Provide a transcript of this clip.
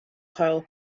coil